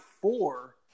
four